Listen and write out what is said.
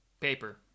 paper